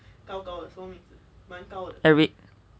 eric